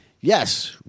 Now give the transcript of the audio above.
yes